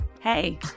hey